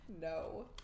No